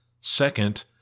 Second